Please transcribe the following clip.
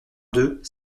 deux